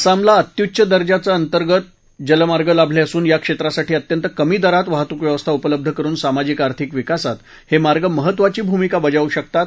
आसामला अत्यूच्च दर्जाचे अंतर्गत जलमार्ग लाभले असून या क्षेत्रासाठी अत्यंत कमी दरात वाहतुकव्यवस्था उपलब्ध करुन सामाजिक आर्थिक विकासात हे मार्ग महत्वाची भूमिका बजावू शकतात